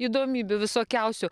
įdomybių visokiausių